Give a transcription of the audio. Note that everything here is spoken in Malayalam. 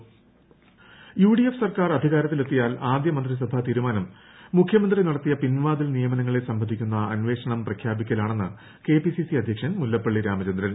ബന്ധു നിയമനം യുഡിഎഫ് സർക്കാർ അധികാരത്തിൽ എത്തിയാൽ ആദ്യ മന്ത്രിസഭാ തീരുമാനം മുഖ്യമന്ത്രി നടത്തിയ പിൻവാതിൽ നിയമനങ്ങളെ സംബന്ധിക്കുന്ന അന്വേഷണം പ്രഖ്യാപിക്കലാണെന്ന് കെപിസിസി അധ്യക്ഷൻ മുല്ലപ്പള്ളി രാമചന്ദ്രൻ